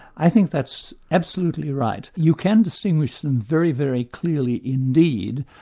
i think that's absolutely right. you can distinguish them very, very clearly indeed,